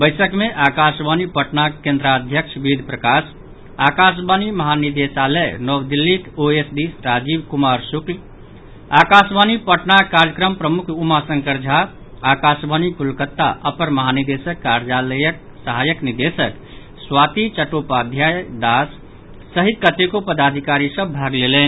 बैसक मे आकाशवाणी पटनाक केन्द्राध्यक्ष वेद प्रकाश आकाशवाणी महानिदेशालय नव दिल्लीक ओएसडी राजीव कुमार शुक्ल आकाशवाणी पटनाक कार्यक्रम प्रमुख उमाशंकर झा आकाशवाणी कोलकाता अपर महानिदेशक कार्यालयक सहायक निदेशक स्वाति चट्टोपाध्याय दास सहित कतेको पदाधिकारी सभ भाग लेलनि